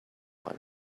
one